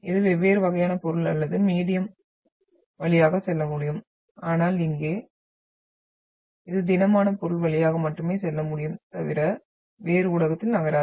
இது வெவ்வேறு வகையான பொருள் அல்லது மீடியம் வழியாக செல்ல முடியும் ஆனால் இங்கே இது திடமான பொருள் வழியாக மட்டுமே செல்ல முடியும் தவிர வேறு ஊடகத்தில் நகராது